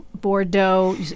Bordeaux